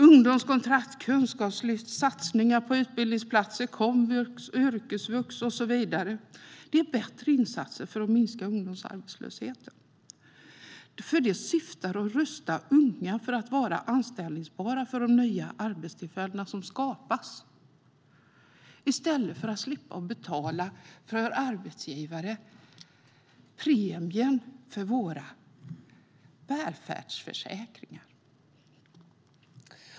Ungdomskontrakt, kunskapslyft, satsningar på utbildningsplatser i komvux och yrkesvux och så vidare är bättre insatser för att minska ungdomsarbetslösheten, för de syftar till att rusta unga för att vara anställbara för de nya arbetstillfällen som skapas, i stället för att arbetsgivare slipper betala premien för våra välfärdsförsäkringar.